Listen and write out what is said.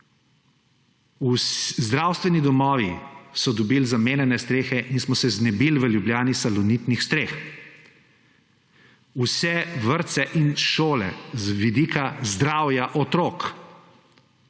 Zdravstveni domovi so dobili zamenjane strehe in smo se v Ljubljani znebili salonitnih streh. V vrtce in šole, z vidika zdravja otrok,